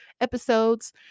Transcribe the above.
episodes